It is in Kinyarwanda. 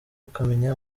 ukamenya